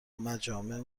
مجامع